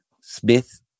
Smith